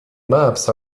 maps